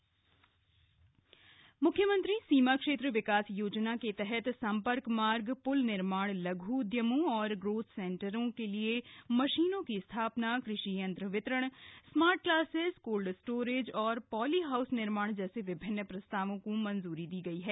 मुख्य सचिव बैठक मुख्यमंत्री सीमा क्षेत्र विकास योजना के तहत सम्पर्क मार्ग पूल निर्माण लघ् उदयमों ग्रोथ सेंटर्स के लिए मशीनों की स्थापना कृषि यंत्र वितरण स्मार्ट क्लासेज कोल्ड स्टोरेज और पॉलीहाउस निर्माण जैसे विभिन्न प्रस्तावों को स्वीकृति दी गई है